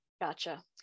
Gotcha